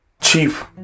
chief